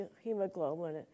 hemoglobin